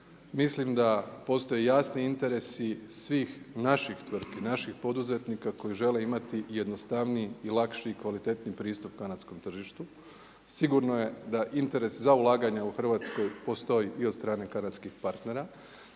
mislim da postoje jasni interesi svih naših tvrtki, naših poduzetnika koji žele imati jednostavniji, lakši i kvalitetniji pristup kanadskom tržištu. Sigurno je da interes za ulaganja u Hrvatskoj postoji i od strane kanadskih partnera.